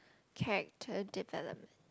character development